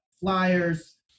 flyers